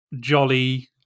jolly